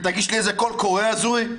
ותגיש איזה קול קורא הזוי?